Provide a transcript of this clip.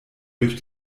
durch